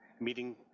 meeting